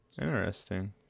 Interesting